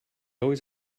always